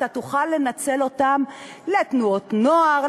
אתה תוכל לנצל את זה לתנועות נוער,